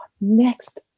next